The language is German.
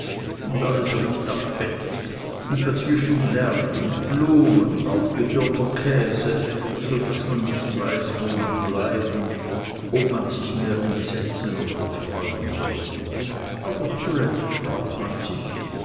und alles riecht nach fett und dazwischen lärm und blumen und aufgetürmter käse so daß man nicht weiß wo man bleiben und ob man sich mehr entsetzen oder freuen soll aber zuletzt freut man sich